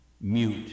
mute